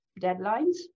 deadlines